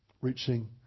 reaching